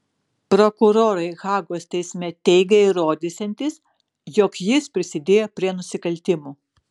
prokurorai hagos teisme teigė įrodysiantys jog jis prisidėjo prie nusikaltimų